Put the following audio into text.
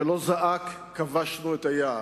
ולא זעק: "כבשנו את היעד",